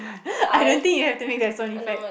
I don't you have to have that sound effect